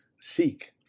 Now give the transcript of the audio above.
seek